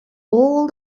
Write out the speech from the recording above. all